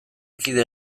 kide